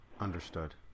Understood